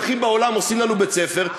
הולכים בעולם ועושים לנו בית-ספר,